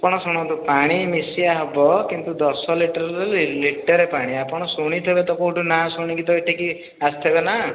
ଆପଣ ଶୁଣନ୍ତୁ ପାଣି ମିଶା ହେବ କିନ୍ତୁ ଦଶ ଲିଟରରେ ଲିଟରେ ପାଣି ଆପଣ ଶୁଣିଥିବେ ତ କେଉଁଠୁ ନାଁ ଶୁଣିକି ତ ଏଠିକି ଆସିଥିବେ ନା